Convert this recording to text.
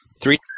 Three